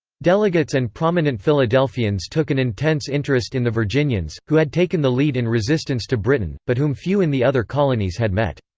delegates and prominent philadelphians took an intense interest in the virginians, who had taken the lead in resistance to britain, but whom few in the other colonies had met.